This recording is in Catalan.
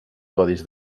codis